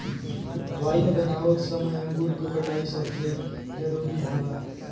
wine बनावत समय अंगूर क कटाई सबसे जरूरी होला